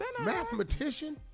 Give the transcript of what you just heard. Mathematician